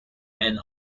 men